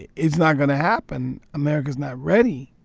it's not going to happen. america is not ready